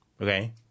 Okay